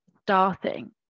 starting